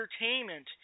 entertainment